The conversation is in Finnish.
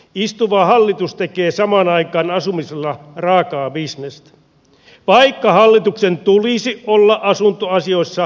istuva hallitus tekee samaan aikaan asumisella raakaa bisnestä vaikka hallituksen tulisi olla asuntoasioissa kansalaistemme turva